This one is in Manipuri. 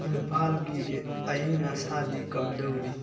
ꯏꯝꯐꯥꯜꯒꯤ ꯑꯌꯤꯡ ꯑꯁꯥꯗꯤ ꯀꯝꯗꯧꯔꯤ